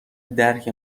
درک